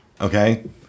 Okay